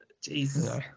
Jesus